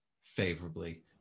favorably